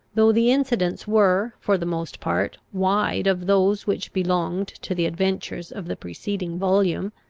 though the incidents were, for the most part, wide of those which belonged to the adventures of the preceding volume,